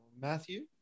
Matthew